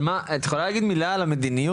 אבל מה, את יכולה להגיד מילה על המדיניות?